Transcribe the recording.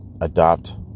Adopt